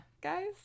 guys